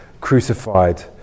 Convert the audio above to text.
crucified